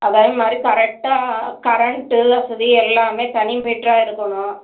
அதேமாதிரி கரெக்டாக கரண்ட்டு வசதி எல்லாமே தனி மீட்ராக இருக்கணும்